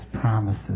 promises